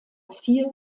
vier